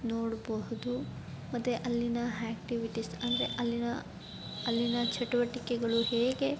ನೋಡಬಹುದು ಮತ್ತು ಅಲ್ಲಿನ ಹ್ಯಾಕ್ಟಿವಿಟೀಸ್ ಅಂದರೆ ಅಲ್ಲಿನ ಅಲ್ಲಿನ ಚಟುವಟಿಕೆಗಳು ಹೇಗೆ